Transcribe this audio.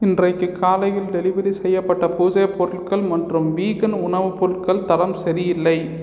இன்றைக்கு காலையில் டெலிவரி செய்யப்பட்ட பூஜை பொருள்கள் மற்றும் வீகன் உணவுப் பொருள்கள் தரம் சரியில்லை